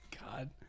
God